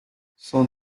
son